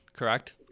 correct